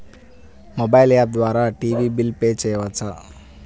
Mobile app ద్వారా TV bill pay చేయవచ్చా?